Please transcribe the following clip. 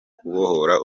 kubohora